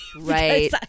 right